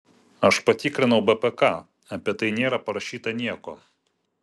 aš patikrinau bpk apie tai nėra parašyta nieko